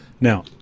Now